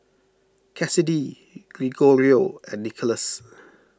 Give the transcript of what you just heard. Kassidy Gregorio and Nicholas